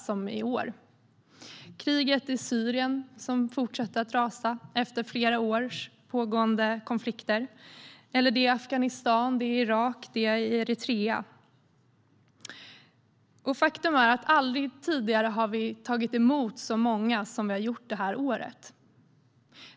Det är kriget i Syrien som fortsätter att rasa efter flera års pågående konflikter, och det är krigen i Afghanistan, Irak och Eritrea. Faktum är att aldrig tidigare har vi tagit emot så många som vi har gjort det här året.